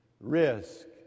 risk